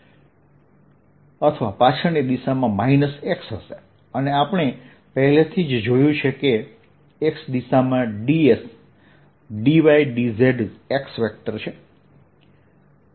અથવા પાછળની દિશામાં માઈનસ x હશે અને આપણે પહેલેથી જ જોયું છે કે x દિશામાં ds dydzxછે